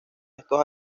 estos